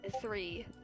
three